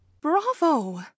bravo